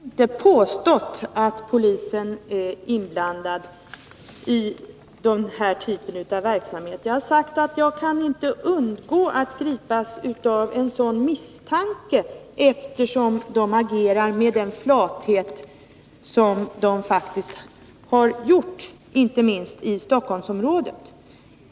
Herr talman! Jag har inte påstått att polisen är inblandad i den här typen av verksamhet. Jag har sagt att jag inte kan undgå att gripas av en sådan misstanke, eftersom polisen agerar med sådan flathet som den faktiskt har gjort inte minst i Stockholmsområdet.